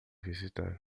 visitar